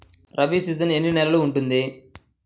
Rabi season ఎన్ని నెలలు ఉంటుంది?